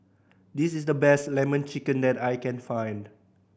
this is the best Lemon Chicken that I can find